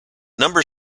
number